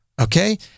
okay